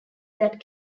that